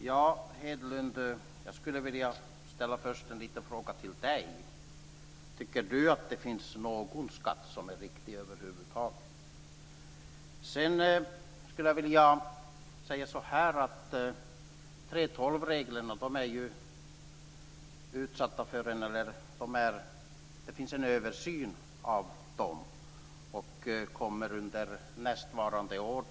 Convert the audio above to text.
Fru talman! Jag skulle först vilja ställa en liten fråga till Carl Erik Hedlund: Tycker Hedlund att det finns någon skatt som är riktig över huvud taget? Sedan skulle jag vilja säga att det sker en översyn av 3:12-reglerna. Den kommer att vara klar nästa år.